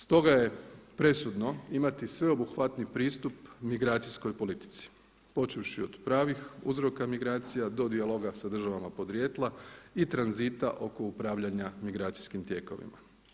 Stoga je presudno imati sveobuhvatni pristup migracijskoj politici počevši od pravih uzroka migracija do dijaloga sa državama podrijetla i tranzita oko upravljanja migracijskim tijekovima.